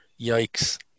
Yikes